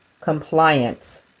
compliance